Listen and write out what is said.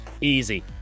Easy